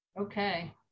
Okay